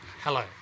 hello